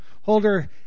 holder